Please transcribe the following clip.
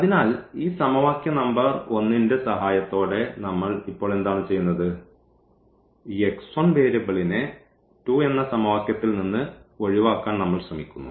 അതിനാൽ ഈ സമവാക്യ നമ്പർ 1 ന്റെ സഹായത്തോടെ നമ്മൾ ഇപ്പോൾ എന്താണ് ചെയ്യുന്നത് ഈ വേരിയബിളിനെ 2 എന്ന സമവാക്യത്തിൽ നിന്ന് ഒഴിവാക്കാൻ നമ്മൾ ശ്രമിക്കുന്നു